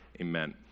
Amen